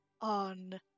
on